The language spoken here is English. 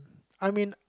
I mean